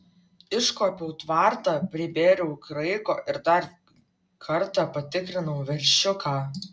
iškuopiau tvartą pribėriau kraiko ir dar kartą patikrinau veršiuką